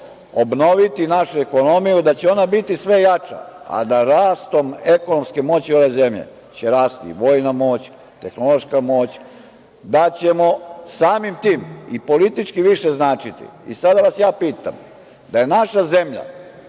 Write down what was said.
obnoviti našu ekonomiju, da će ona biti sve jača, a da rastom ekonomske moći ove zemlje će rasti i vojna moć, tehnološka moć, da ćemo samim tim i politički više značiti. Sada vas ja pitam, da je naša zemlja